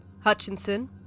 Hutchinson